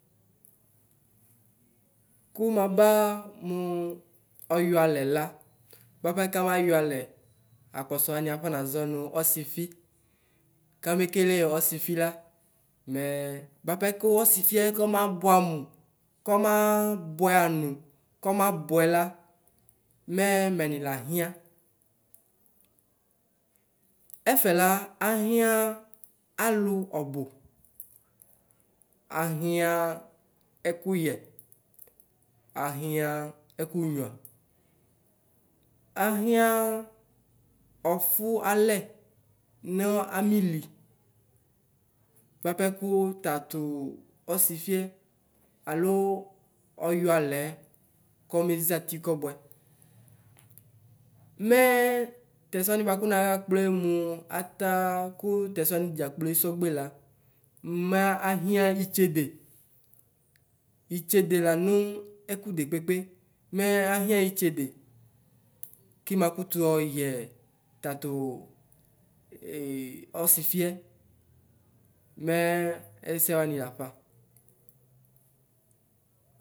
Kʋ maba mʋ ɔyɔ alɛ la bʋapɛ kaba yɔ alɛ akpɔsɔ wanɩ afɔ naʒɔ nʋ ɔsɩfɩ kame kele ɔsɩfɩ la mɛ bʋapɛ kʋ ɔsɩfɩɛ kɔmabʋɛ amʋ kɔmabʋɛ anʋ la kɔmabʋɛ la mɛ mɛnɩ laxɩa ɛfɛ la axɩa alʋ ɔbʋ axɩa ɛkʋyɛ axɩa ɛkʋnyʋa axɩa ɔfɩ alɛ nʋ amɩlɩ bʋapɛ kʋ tatʋ ɔsɩfɩɛ alo ɔyɔ alɛ kɔle ʒatɩ kɔbʋɛ mɛ tɛsɛ wanɩ naxa kploe mʋ ata kʋ tɛsɛ wanɩ dʒakplo esogbe la maxia ɩtsede ɩtdede lanʋ ɛkʋ dekpekpe mɛ axɩa ɩtsede kɩma kʋtʋ yɔyɛvtatʋ ɔsɩfɩɛ mɛ ɛsɛ wanɩ lafa.